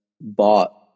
bought